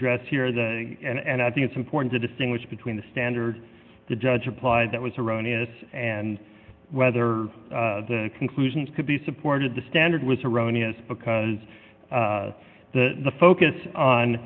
address here the and i think it's important to distinguish between the standard the judge applied that was erroneous and whether the conclusions could be supported the standard was erroneous because the focus on